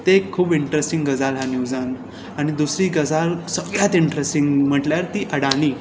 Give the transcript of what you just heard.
ते खूब इन्ट्रस्टिंग गजाल आसा न्यूजांत आनी दुसरी गजाल सगळ्यांत इन्टिरस्टिंग म्हटल्यार ती अडानी